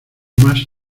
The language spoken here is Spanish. más